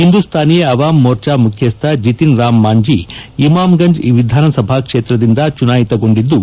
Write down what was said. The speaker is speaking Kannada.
ಹಿಂದೂಸ್ತಾನಿ ಅವಾಮ್ ಮೋರ್ಚಾ ಮುಖ್ಯಸ್ನ ಜಿತಿನ್ ರಾಮ್ ಮಾಂಜಿ ಇಮಾಮ್ ಗಂಜ್ ವಿಧಾನಸಭಾ ಕ್ಷೇತ್ರದಿಂದ ಚುನಾಯಿತಗೊಂಡಿದ್ದು